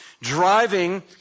driving